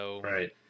Right